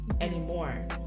anymore